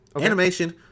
animation